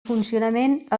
funcionament